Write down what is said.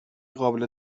قابل